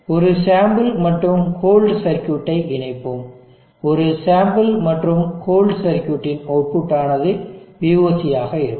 ஒரு சாம்பிள் மற்றும் hold circuit ஐ இணைப்போம் ஒரு சாம்பிள் மற்றும் ஹோல்டு சர்க்யூட் இன் அவுட்புட் ஆனது voc ஆக இருக்கும்